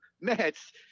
Mets